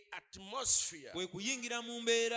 atmosphere